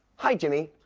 hi, jimmy.